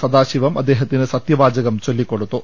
സദാശിവം അദ്ദേഹത്തിന് സത്യവാചകം ചൊല്ലികൊടുത്തു